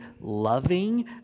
loving